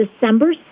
December